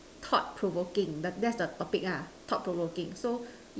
thought provoking that that's the topic ah thought provoking so